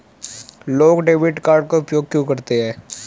लोग debit card का उपयोग क्यों करते हैं?